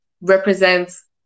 represents